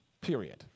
Period